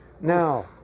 now